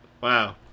wow